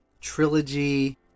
Trilogy